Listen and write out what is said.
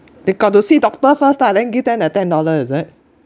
they got to see doctor first lah then give them the ten dollar is it